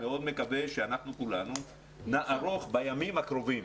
אני מקווה מאוד שכולנו נערוך בימים הקרובים